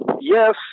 yes